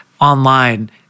online